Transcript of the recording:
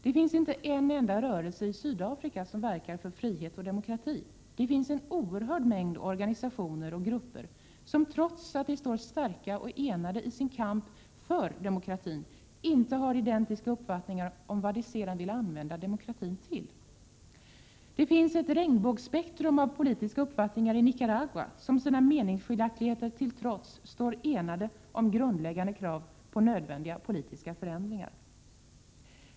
Det finns inte en enda rörelse i Sydafrika som verkar för frihet och demokrati, utan det finns en oerhörd mängd organisationer och grupper, som trots att de står starka och enade i sin kamp för demokratin inte har identiska uppfattningar om vad de sedan vill använda demokratin till. Det finns ett regnbågsspektrum av olika politiska uppfattningar i Nicaragua, som sina meningsskiljaktigheter till trots står enade om grundläggande krav på nödvändiga politiska förändringar.